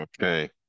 Okay